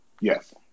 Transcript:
Yes